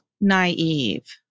naive